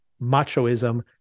machoism